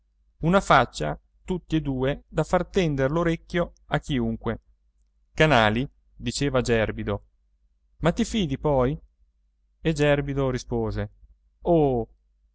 una faccia tutti e due da far tendere l'orecchio a chiunque canali diceva a gerbido ma ti fidi poi e gerbido rispose oh